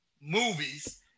movies